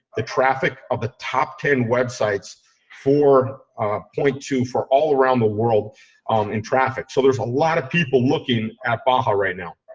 the traffic of the top ten websites four point two for all around the world in traffic, so there's a lot of people looking at baja, right now.